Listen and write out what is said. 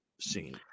scene